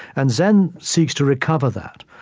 and zen seeks to recover that.